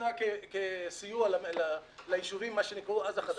נתנה כסיוע ליישובים, מה שקראו אז, החדשים,